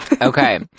okay